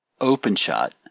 OpenShot